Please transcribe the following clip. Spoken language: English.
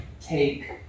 take